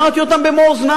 שמעתי אותם במו-אוזני.